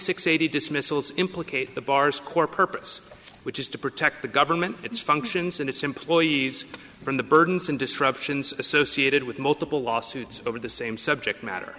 six eighty dismissals implicate the bar's core purpose which is to protect the government its functions and its employees from the burdens and disruptions associated with multiple lawsuits over the same subject matter